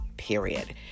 period